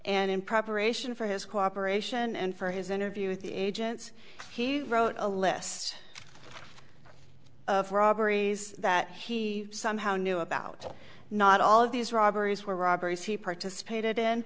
and in preparation for his cooperation and for his interview with the agents he wrote a list of robberies that he somehow knew about not all of these robberies were robberies he participated in